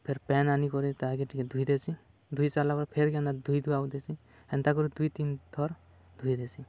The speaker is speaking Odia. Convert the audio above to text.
ଫେର୍ ପେନ୍ ଆନିକରି ତାହାକେ ଟିକେ ଧୁଇ ଦେସି ଧୋଇ ସାରିଲା ପରେ ଫେର୍ ହେନ୍ତା ଧୁଇ ଧୁଆ ଦେସି ହେନ୍ତାକରି ଦୁଇ ତିନ୍ ଥର୍ ଧୁଇ ଦେସିଁ